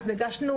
הגשנו